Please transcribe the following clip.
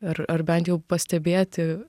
ar ar bent jau pastebėti